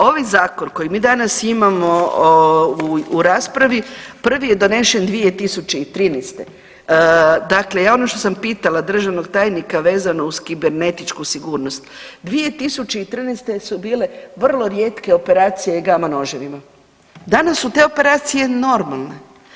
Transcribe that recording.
Ovaj zakon koji mi danas imamo u raspravi prvi je donesen 2013., dakle ja ono što sam pitala državnog tajnika vezano uz kibernetičku sigurnost, 2013. su bile vrlo rijetke operacije gama noževima, danas su te operacije normalne.